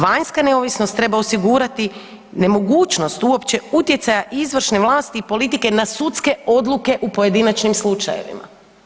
Vanjska neovisnost osigurati nemogućnost uopće utjecaja izvršne vlasti i politike na sudske odluke u pojedinačnim slučajevima.